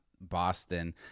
Boston